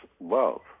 love